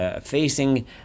facing